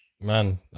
man